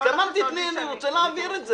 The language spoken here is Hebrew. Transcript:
התכוונתי לכך שאני רוצה להעביר את זה.